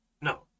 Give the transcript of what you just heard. No